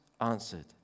answered